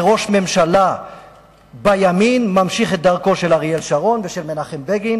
וראש ממשלה בימין ממשיך את דרכם של אריאל שרון ושל מנחם בגין